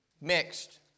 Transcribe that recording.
mixed